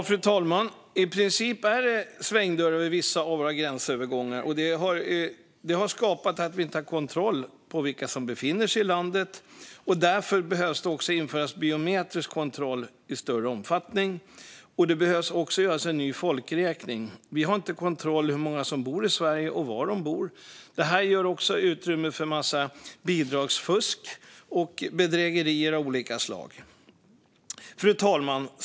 Fru talman! I princip är det svängdörrar vid vissa av våra gränsövergångar. Det har skapat en situation där vi inte har kontroll på vilka som befinner sig i landet. Därför behöver det införas biometrisk kontroll i större omfattning, och det behöver även göras en ny folkräkning. Vi har inte koll på hur många som bor i Sverige och var de bor. Detta ger också utrymme för en massa bidragsfusk och bedrägerier av olika slag. Fru talman!